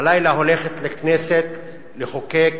הלילה הולכת הכנסת לחוקק